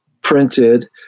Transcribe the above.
printed